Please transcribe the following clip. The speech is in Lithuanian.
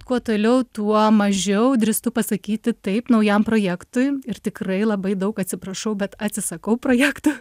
kuo toliau tuo mažiau drįstu pasakyti taip naujam projektui ir tikrai labai daug atsiprašau bet atsisakau projektų